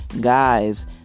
guys